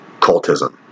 cultism